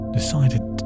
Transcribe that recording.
decided